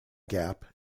gap